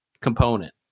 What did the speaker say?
component